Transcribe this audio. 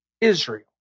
Israel